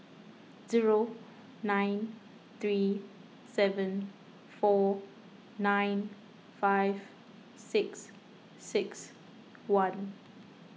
zero nine three seven four nine five six six one